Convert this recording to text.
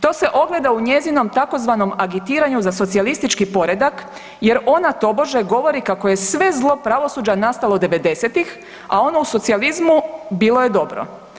To se ogleda u njezinom tzv. agitiranju za socijalistički poredak, jer ona tobože govori kako je sve zlo pravosuđa nastalo 90-tih, a ono u socijalizmu bilo je dobro.